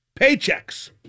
paychecks